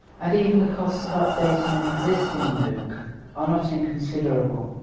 and even the costs of updating an existing mooc are not inconsiderable.